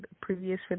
previous